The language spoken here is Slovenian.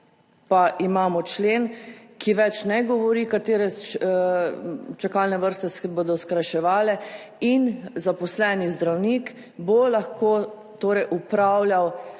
pa imamo člen, ki več ne govori katere čakalne vrste se bodo skrajševale in zaposleni zdravnik bo lahko torej